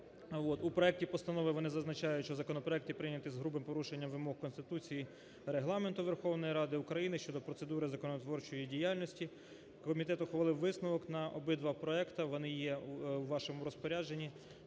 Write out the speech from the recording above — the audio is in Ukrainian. У проекті постанови вони зазначають, що законопроекти прийняті з грубим порушенням вимог Конституції та Регламенту Верховної Ради України щодо процедури законотворчої діяльності. Комітет ухвалив висновок на обидва проекти, вони є у вашому розпорядженні.